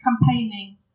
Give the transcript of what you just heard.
campaigning